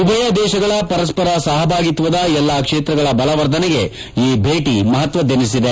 ಉಭಯ ದೇಶಗಳ ಪರಸ್ಪರ ಸಹಭಾಗಿತ್ವದ ಎಲ್ಲಾ ಕ್ಷೇತ್ರಗಳ ಬಲವರ್ಧನೆಗೆ ಈ ಭೇಟ ಮಹತ್ವದೆನಿಸಿದೆ